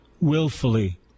willfully